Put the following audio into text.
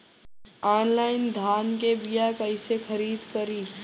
Online धान के बीया कइसे खरीद करी?